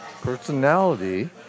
personality